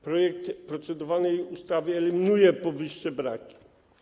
Projekt procedowanej ustawy eliminuje powyższe braki.